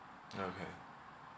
okay